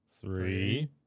three